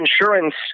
insurance